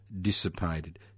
dissipated